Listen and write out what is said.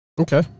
Okay